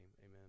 amen